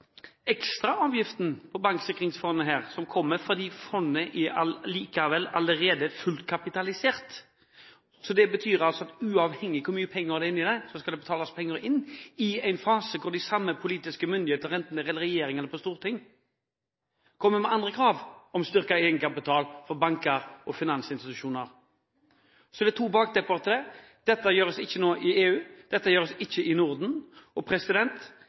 ekstra avgiften til banksikringsfondet som kommer fordi fondet allerede er fullt kapitalisert. Det betyr at uavhengig av hvor mye penger det er der, skal det betales penger inn i en fase der de samme politiske myndigheter – enten det gjelder regjering eller storting – kommer med andre krav om å styrke egenkapital for banker og finansinstitusjoner. Det er to baktepper her: Dette gjøres nå ikke i EU, og det gjøres ikke i Norden.